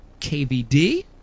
KVD